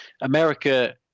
America